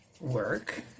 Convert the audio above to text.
work